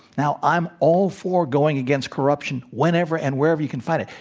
now, i'm all for going against corruption whenever and wherever you can find it.